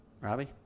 Robbie